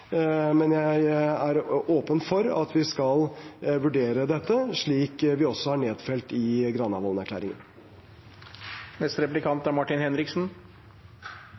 Men jeg er åpen for at vi skal vurdere dette, slik vi også har nedfelt i